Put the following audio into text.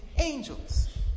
angels